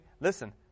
listen